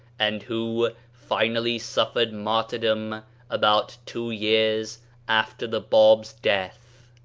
and who finally suff ered martyrdom about two years after the bab's death.